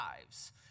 lives